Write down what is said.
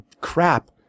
crap